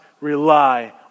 rely